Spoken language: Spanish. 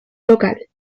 local